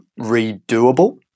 redoable